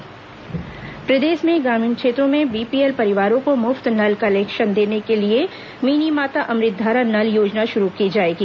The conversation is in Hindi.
अनुदान मांग रूद्रकुमार प्रदेश में ग्रामीण क्षेत्रों में बीपीएल परिवारों को मुफ्त नल कनेक्शन देने के लिए मिनीमाता अमुत धारा नल योजना शुरू की जाएगी